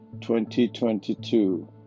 2022